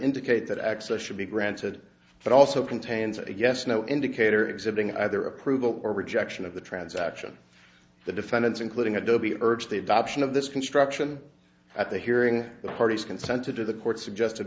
indicate that access should be granted but also contains a yes no indicator exhibiting either approval or rejection of the transaction the defendants including adobe urged the adoption of this construction at the hearing the parties consented to the court's suggested